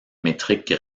métrique